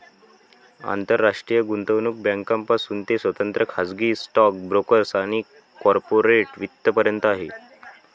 आंतरराष्ट्रीय गुंतवणूक बँकांपासून ते स्वतंत्र खाजगी स्टॉक ब्रोकर्स आणि कॉर्पोरेट वित्त पर्यंत आहे